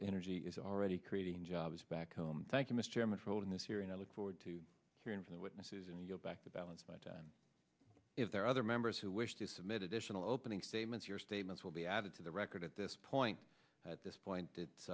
energy is already creating jobs back home thank you mr chairman for holding this hearing i look forward to hearing from the witnesses and you go back to balance my time and if there are other members who wish to submit additional opening statements your statements will be added to the record at this point at this point it's